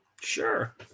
Sure